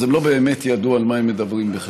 אז הם לא באמת ידעו על מה הם מדברים בכלל,